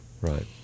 right